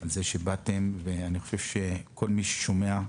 על שבאתם, ואני חושב שכול מי ששומע,